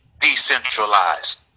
decentralized